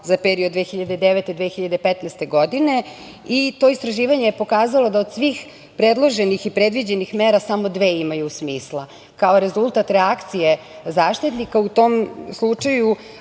za period 2009. - 2015. godine, i to istraživanje je pokazalo da od svih predloženih i predviđenih mera samo dve imaju smisla. Kao rezultat reakcije Zaštitnika u tom slučaju